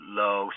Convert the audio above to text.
low